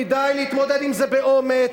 כדאי להתמודד עם זה באומץ,